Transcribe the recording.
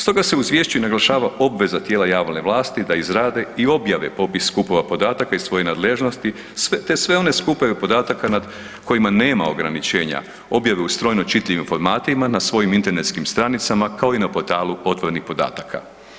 Stoga se u izvješću naglašava obveza tijela javne vlasti da izrade i objave popis skupova podataka iz svoje nadležnosti, te sve one skupove podataka nad kojima nema ograničenja objave u strojno čitljivim formatima na svojim internetskim stranicama, kao i na portalu otvorenih podataka.